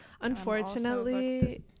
Unfortunately